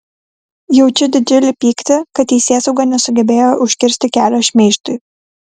jaučiu didžiulį pyktį kad teisėsauga nesugebėjo užkirsti kelio šmeižtui